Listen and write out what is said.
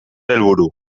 helburu